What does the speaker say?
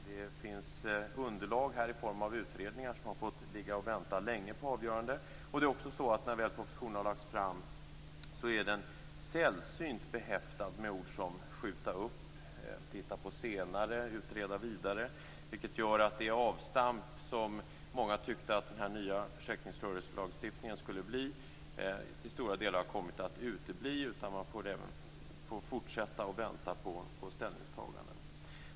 Det finns underlag i form av utredningar som har fått vänta länge på avgörande, och när propositionen väl har lagts fram är den sällsynt behäftad med ord som "skjuta upp", "titta på senare" och "utreda vidare", vilket gör att det avstamp som många trodde att den nya försäkringsrörelselagstiftningen skulle bli till stora delar har kommit att utebli. Man får nu fortsätta att vänta på ställningstaganden.